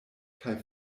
kaj